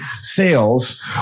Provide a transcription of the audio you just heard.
sales